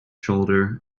shoulder